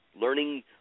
Learning